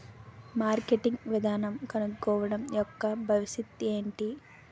Marketing విధానం కనుక్కోవడం యెక్క భవిష్యత్ ఏంటి?